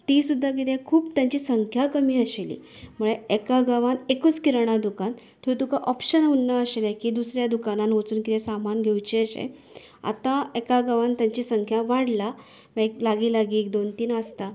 ती सुद्दां कितें खूब तांची संख्या कमी आशिल्ली म्हळ्यार एका गांवांत एकच किराणां दुकान थंय तुका ऑप्शन उरनाशिल्लें की तुका दुसऱ्या दुकनान वचून कितें सामान घेवचें अशें आता एका गांवांत तांची संख्या वाडला खंय लागीं लागीं दोन तीन आसता